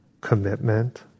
commitment